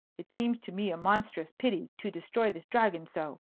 it seems to me a monstrous pity to destroy this dragon so.